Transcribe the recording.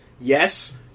Yes